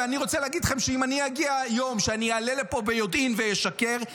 ואני רוצה להגיד לכם שאם יגיע היום שבו אעלה לפה ואשקר ביודעין,